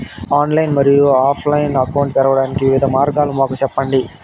Online మరియు offline account తెరవడానికి వివిధ మార్గాలు మాకు సెప్పండి?